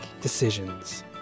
decisions